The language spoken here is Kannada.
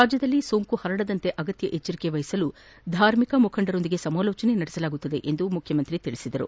ರಾಜ್ಯದಲ್ಲಿ ಸೊಂಕು ಪರಡದಂತೆ ಆಗತ್ತ ಎಚ್ಚರಿಕೆ ಮಹಿಸಲು ಧಾರ್ಮಿಕ ಮುಖಂಡರ ಜತೆ ಸಮಾಲೋಜನೆ ನಡೆಸಲಾಗುವುದು ಎಂದರು